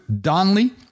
Donley